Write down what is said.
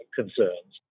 concerns